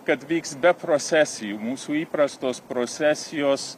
kad vyks be prosesijų mūsų įprastos prosesijos